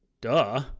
duh